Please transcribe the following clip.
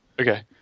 Okay